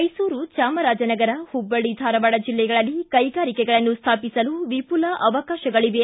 ಮೈಸೂರು ಚಾಮರಾಜನಗರ ಹುಬ್ಬಳ್ಳಿ ಧಾರವಾಡ ಜಿಲ್ಲೆಗಳಲ್ಲಿ ಕೈಗಾರಿಕೆಗಳನ್ನು ಸ್ಥಾಪಿಸಲು ವಿಪುಲ ಅವಕಾಶಗಳವೆ